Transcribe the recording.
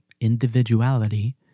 individuality